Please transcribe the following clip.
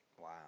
Wow